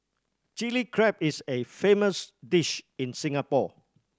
Chilli Crab is a famous dish in Singapore